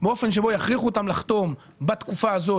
באופן שיכריחו אותם לחתום בתקופה הזאת